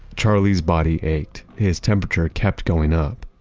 charlie's body ached, his temperature kept going up,